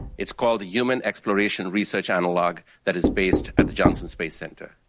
it's called human exploration research analogue that is based at the johnson space centre.